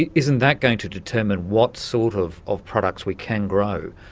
isn't that going to determine what sort of of products we can grow?